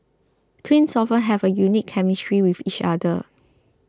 twins often have a unique chemistry with each other